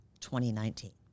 2019